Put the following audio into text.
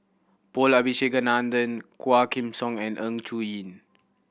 Paul Abisheganaden Quah Kim Song and Ng Choon Yee